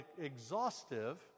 exhaustive